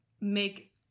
make